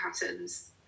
patterns